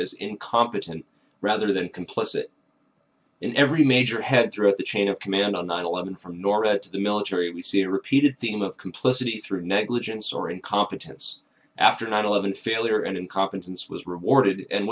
as incompetent rather than complicit in every major head throughout the chain of command on nine eleven from nor at the military we see repeated theme of complicity through negligence or incompetence after nine eleven failure and incompetence was rewarded and